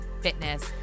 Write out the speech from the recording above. fitness